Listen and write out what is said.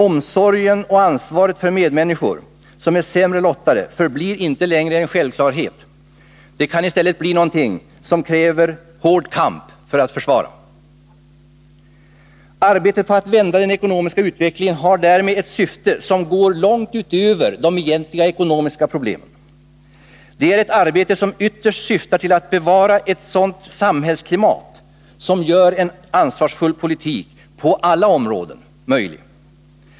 Omsorgen om och ansvaret för medmänniskor som är sämre lottade förblir inte längre en självklarhet. Det blir något för vilket man måste föra en hård kamp. Arbetet på att vända den ekonomiska utvecklingen har därmed ett syfte som går långt utöver de egentliga ekonomiska problemen. Det är ett arbete som ytterst syftar till att bevara ett samhällsklimat som gör en ansvarsfull politik på alla områden möjlig.